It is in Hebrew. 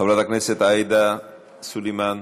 חברת הכנסת עאידה תומא סלימאן,